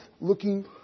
looking